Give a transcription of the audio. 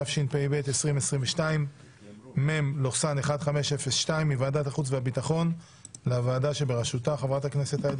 התשפ"ב-2022 מ/1502 מוועדת החוץ והביטחון לוועדה שבראשותה.